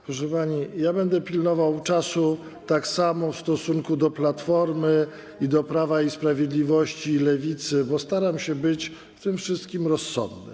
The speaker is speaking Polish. Proszę pani, ja będę pilnował czasu tak samo w stosunku do Platformy, jak do Prawa i Sprawiedliwości i Lewicy, bo staram się być w tym wszystkim rozsądny.